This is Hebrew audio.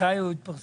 מתי הוא יתפרסם?